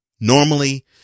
Normally